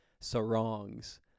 sarongs